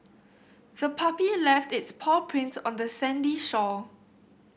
the puppy left its paw prints on the sandy shore